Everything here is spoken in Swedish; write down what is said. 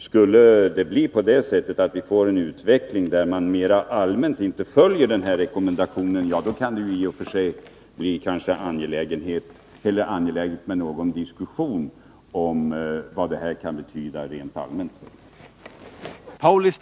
Skulle det bli på det sättet att vi får en utveckling där man mera allmänt inte följer denna rekommendation, kan det bli angeläget med någon diskussion om vad detta kan betyda rent allmänt.